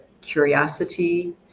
curiosity